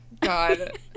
God